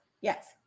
Yes